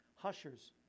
Hushers